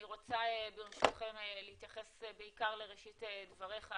אני רוצה, ברשותכם, להתייחס בעיקר לראשית דבריך.